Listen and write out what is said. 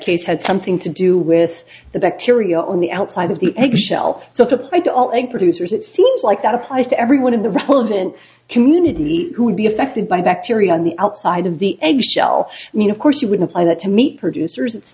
case had something to do with the bacteria on the outside of the egg shell so it applied to producers it seems like that applies to everyone in the relevant community who would be affected by bacteria on the outside of the egg shell i mean of course you would apply that to meat producers it's